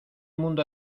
mundo